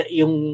yung